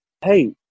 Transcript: hey